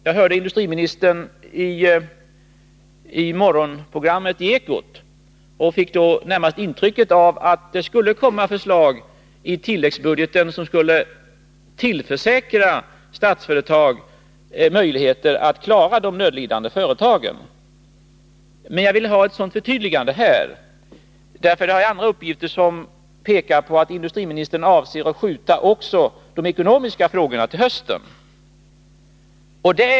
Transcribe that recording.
Jag hörde industriministern i Morgonekot och fick då närmast intrycket av att det skulle komma förslag i tilläggsbudgeten som skulle tillförsäkra Statsföretag möjligheter att klara de nödlidande företagen. Men jag vill ha ett förtydligande här, därför att jag även har andra uppgifter som pekar på att industriministern avser att skjuta också de ekonomiska frågorna till hösten.